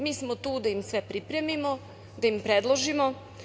Mi smo tu da im sve pripremimo, da im predložimo.